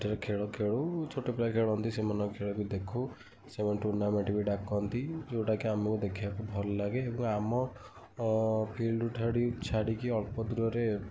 ସେଠାରେ ଖେଳ ଖେଳୁ ଛୋଟପିଲା ଖେଳନ୍ତି ସେମାନଙ୍କ ଖେଳବି ଦେଖୁ